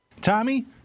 Tommy